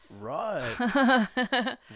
Right